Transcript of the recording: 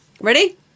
Ready